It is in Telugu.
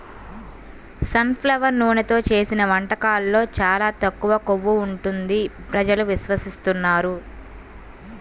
సన్ ఫ్లవర్ నూనెతో చేసిన వంటకాల్లో చాలా తక్కువ కొవ్వు ఉంటుంది ప్రజలు విశ్వసిస్తున్నారు